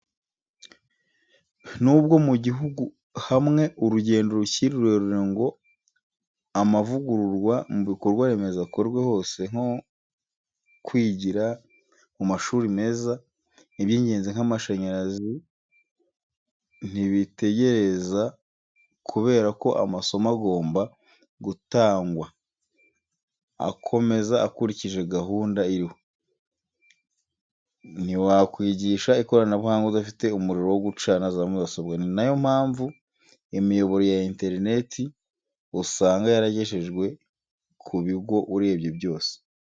N'ubwo mu gihugu hamwe, urugendo rukiri rurerure ngo amavugururwa mu bikorwa remezo akorwe hose, nko kwigira mu mashuri meza, iby'ingenzi nk'amashanyarazi ntibitegereza kubera ko amasomo agomba gutangwa akomeza akurikije gahunda iriho. Ntiwakwigisha ikoranabuhanga udafite umuriro wo gucana za mudasobwa. Ni nayo mpamvu imiyoboro ya interneti usanga yaragejejwe ku bigo urebye byose.